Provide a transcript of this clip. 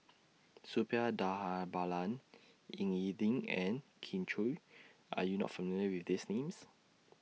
Suppiah Dhanabalan Ying E Ding and Kin Chui Are YOU not familiar with These Names